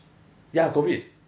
ya COVID